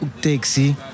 taxi